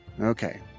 Okay